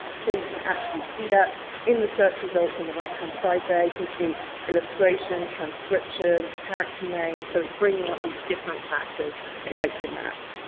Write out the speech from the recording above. so you can actually see that in the search results on the right hand side there you can see illustration, transcription, character name, so it's bringing up these different factors right in that